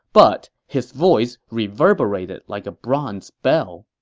but his voice reverberated like a bronze bell